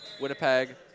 Winnipeg